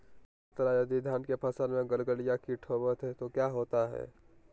हमनी के तरह यदि धान के फसल में गलगलिया किट होबत है तो क्या होता ह?